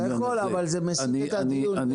אני